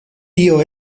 tio